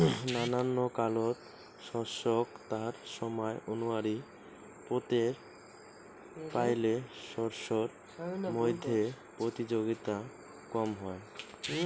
নানান কালত শস্যক তার সমায় অনুযায়ী পোতের পাইলে শস্যর মইধ্যে প্রতিযোগিতা কম হয়